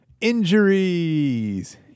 Injuries